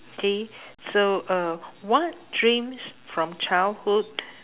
okay so uh what dreams from childhood